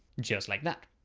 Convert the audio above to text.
just like that.